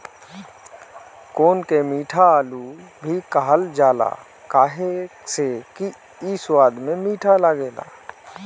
कोन के मीठा आलू भी कहल जाला काहे से कि इ स्वाद में मीठ लागेला